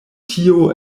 tio